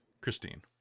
christine